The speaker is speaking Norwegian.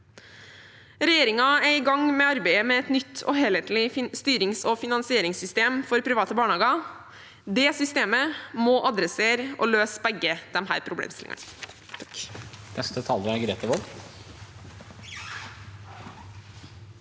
Regjeringen er i gang med arbeidet med et nytt og helhetlig styrings- og finansieringssystem for private barnehager. Det systemet må adressere og løse begge disse problemstillingene.